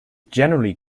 generally